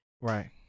right